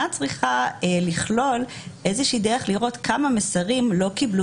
צריכה לכלול איזושהי דרך לראות כמה מסרים לא קיבלו